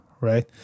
right